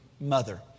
mother